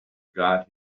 got